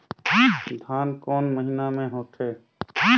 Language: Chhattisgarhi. धान कोन महीना मे होथे?